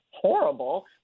horrible